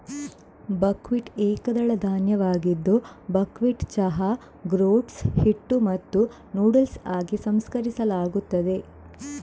buckwheat ಏಕದಳ ಧಾನ್ಯವಾಗಿದ್ದು buckwheat ಚಹಾ, ಗ್ರೋಟ್ಸ್, ಹಿಟ್ಟು ಮತ್ತು ನೂಡಲ್ಸ್ ಆಗಿ ಸಂಸ್ಕರಿಸಲಾಗುತ್ತದೆ